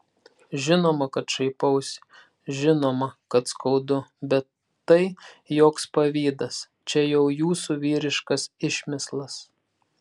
žinoma kad šaipausi žinoma kad skaudu bet tai joks pavydas čia jau jūsų vyriškas išmislas